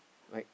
like